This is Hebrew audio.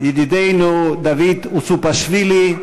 ידידנו דוד אוסופשווילי,